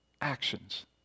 actions